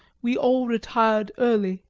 we all retired early.